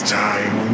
time